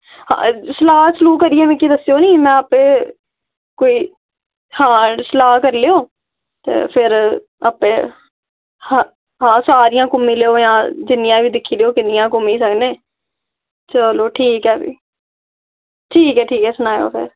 सलाह सलूह् करियै मिकी दस्सओ नी मै आपे कोई हां सलाह् करी लैयो ते फिर आपे हां हां सारियां घूमी लैयो जां जिन्नियां बी दिक्खी लैएयो किन्नियां घूमी सकने चलो ठीक ऐ फ्ही ठीक ऐ ठीक ऐ सनाएयो फिर